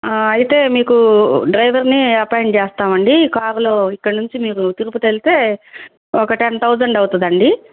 అయితే మీకు డ్రైవర్ని అపాయింట్ చేస్తామండి కారులో ఇక్కడి నుంచి మీరు తిరుపతి వెళ్తే ఒక టెన్ థౌజండ్ అవుతదండి